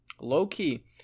low-key